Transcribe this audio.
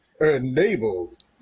enabled